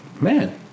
man